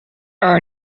are